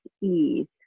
ease